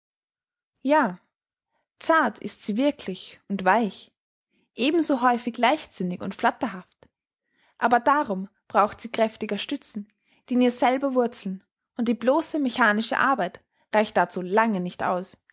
ja zart ist sie wirklich und weich eben so häufig leichtsinnig und flatterhaft aber darum braucht sie kräftiger stützen die in ihr selber wurzeln und die bloße mechanische arbeit reicht dazu lange nicht aus